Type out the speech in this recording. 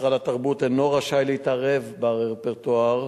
משרד התרבות אינו רשאי להתערב ברפרטואר